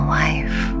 life